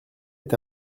est